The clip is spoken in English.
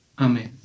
Amen